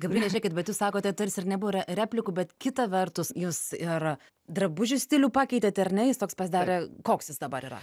gabriele žėkit bet jūs sakote tarsi ir nebuvo re replikų bet kita vertus jūs ir drabužių stilių pakeitėt ar ne jis toks pasidarė koks jis dabar yra